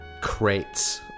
crates